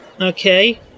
Okay